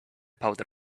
powder